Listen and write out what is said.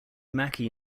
mackie